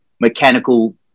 mechanical